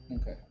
Okay